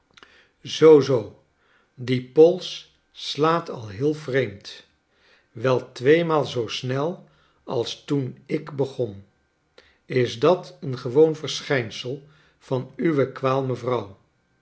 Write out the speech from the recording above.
zoo zoo die pols slaat al heei vreemd wei tweemaal zoo snel als ioen ik beg on is dat eea gewoon verse hij nsel van uwe kwaal